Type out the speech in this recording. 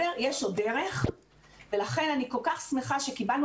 יש עוד דרך ולכן אני כל כך שמחה שקיבלנו